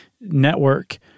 network